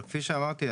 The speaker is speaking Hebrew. כפי שאמרתי,